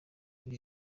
iri